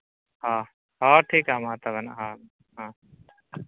ᱦᱳᱭ ᱦᱳᱭ ᱴᱷᱤᱠᱼᱟ ᱛᱚᱵᱮ ᱦᱮᱸ ᱦᱮᱸ